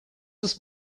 this